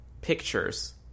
Pictures